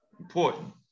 Important